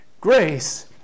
Grace